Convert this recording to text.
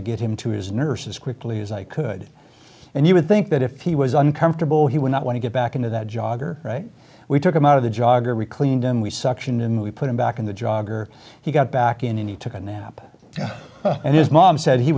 to get him to his nurse as quickly as i could and you would think that if he was uncomfortable he would not want to get back into that jogger right we took him out of the jogger we cleaned him we suction him we put him back in the jogger he got back in and he took a nap and his mom said he